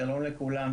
שלום לכולם.